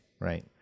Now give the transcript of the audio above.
right